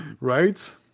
right